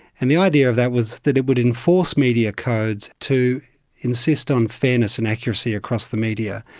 and the idea of that was that it would enforce media codes to insist on fairness and accuracy across the media.